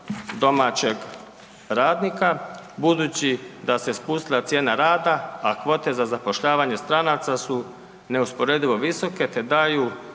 domaćeg radnika, budući da se spustila cijena rada, a kvote za zapošljavanje stranaca su neusporedivo visoke te daju